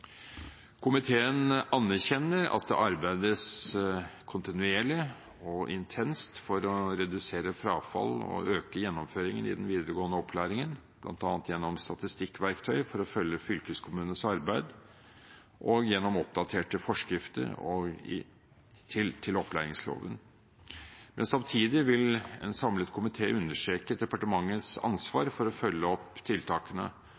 Komiteen anerkjenner at det arbeides kontinuerlig og intenst for å redusere frafallet og øke gjennomføringen i den videregående opplæringen, bl.a. gjennom statistikkverktøy for å følge fylkeskommunenes arbeid og gjennom oppdaterte forskrifter til opplæringsloven. Samtidig vil en samlet komité understreke departementets ansvar for å følge opp tiltakene